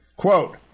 Quote